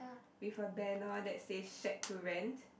with a banner that says Shack to Rent